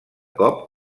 cop